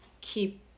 keep